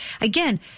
again